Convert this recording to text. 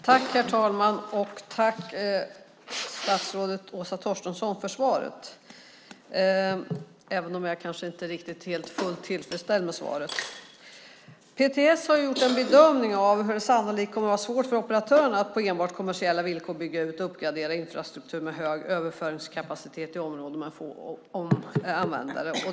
Herr talman! Tack, statsrådet Åsa Torstensson, för svaret, även om jag kanske inte är fullt tillfredsställd med svaret. PTS har gjort en bedömning av hur sannolikt det kommer att vara svårt för operatörerna att på enbart kommersiella villkor bygga ut och uppgradera infrastruktur med hög överföringskapacitet i områden med få användare.